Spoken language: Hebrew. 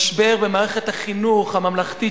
משבר במערכת החינוך הממלכתית,